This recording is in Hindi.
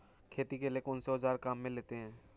खेती के लिए कौनसे औज़ार काम में लेते हैं?